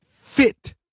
fit